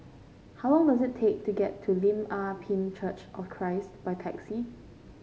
how long does it take to get to Lim Ah Pin Church of Christ by taxi